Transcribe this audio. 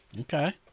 okay